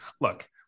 look